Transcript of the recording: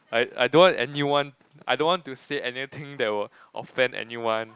I I don't want anyone I don't want to say anything that will offend anyone